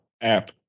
app